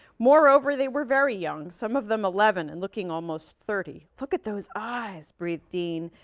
moreover, they were very young, some of them eleven and looking almost thirty. look at those eyes, breathed dean.